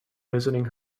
visiting